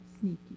sneaky